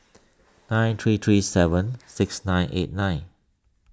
nine three three seven six nine eight nine